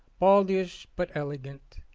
baldish but elegant,